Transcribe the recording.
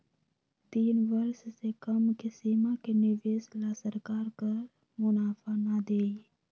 तीन वर्ष से कम के सीमा के निवेश ला सरकार कर मुनाफा ना देई